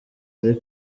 ari